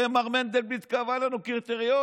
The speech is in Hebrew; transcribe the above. מר מנדלבליט קבע לנו קריטריונים,